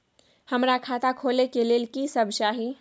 हमरा खाता खोले के लेल की सब चाही?